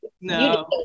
no